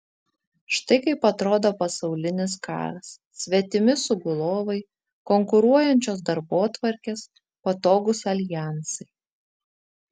štai kaip atrodo pasaulinis karas svetimi sugulovai konkuruojančios darbotvarkės patogūs aljansai